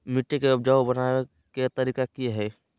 मिट्टी के उपजाऊ बनबे के तरिका की हेय?